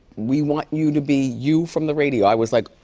we want you to be you from the radio. i was like,